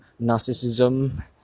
narcissism